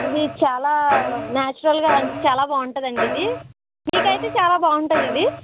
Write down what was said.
ఇది చాలా నాచురల్గా చాలా బాగుంటుంది అండి ఇది మీకు అయితే చాలా బాగుంటుంది ఇది